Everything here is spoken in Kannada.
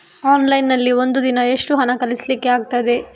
ಆನ್ಲೈನ್ ನಲ್ಲಿ ಒಂದು ದಿನ ಎಷ್ಟು ಹಣ ಕಳಿಸ್ಲಿಕ್ಕೆ ಆಗ್ತದೆ?